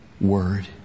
word